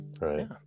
right